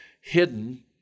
hidden